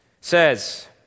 says